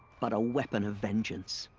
but a weapon of vengeance.